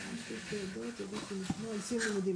סיום לימודים